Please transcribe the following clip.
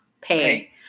pay